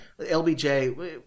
LBJ